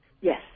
Yes